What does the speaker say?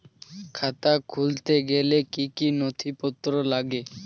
খাতা খুলতে গেলে কি কি নথিপত্র লাগে?